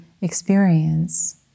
experience